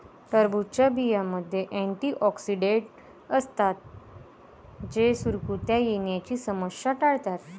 टरबूजच्या बियांमध्ये अँटिऑक्सिडेंट असतात जे सुरकुत्या येण्याची समस्या टाळतात